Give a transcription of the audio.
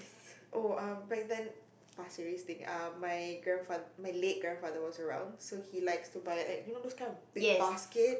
oh um back then Pasir-Ris thing um my grandfa~ my late grandfather was around so he likes to buy like you know those kind of big basket